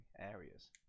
areas